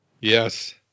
Yes